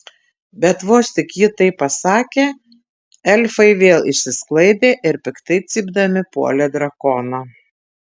bet vos tik ji tai pasakė elfai vėl išsisklaidė ir piktai cypdami puolė drakoną